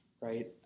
right